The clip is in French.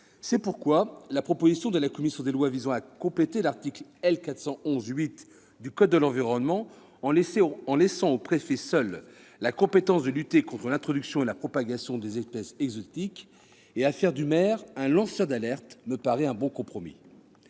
C'est pourquoi la proposition de la commission des lois visant à compléter l'article L. 411-8 du code de l'environnement, en laissant aux préfets, seuls, la compétence de lutter contre l'introduction et la propagation des espèces exotiques envahissantes et à faire du maire un lanceur d'alerte me paraît un bon compromis.